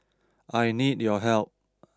I need your help